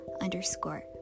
underscore